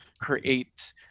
create